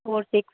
four six